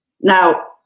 now